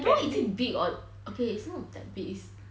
I don't know is deep or okay is not that deep is